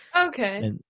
Okay